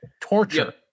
torture